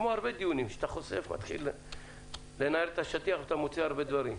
כמו הרבה דיונים שאתה חושף ומתחיל לנער את השטיח ומוצא הרבה דברים.